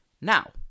Now